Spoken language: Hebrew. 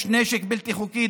יש נשק בלתי חוקי.